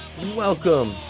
Welcome